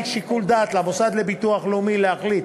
שיקול דעת למוסד לביטוח לאומי להחליט,